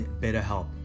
BetterHelp